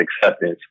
acceptance